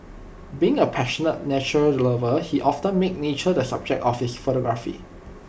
being A passionate nature lover he often made nature the subject of his photography